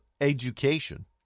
education